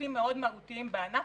נושאים מאוד מהותיים בענף.